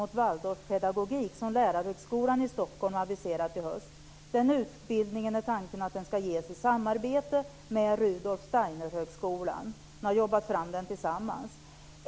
Waldorfpedagogik som Lärarhögskolan i Stockholm har aviserat till hösten. Den utbildningen är tänkt att ges i samarbete med Rudolf Steiner-högskolan. Man har arbetat fram detta tillsammans.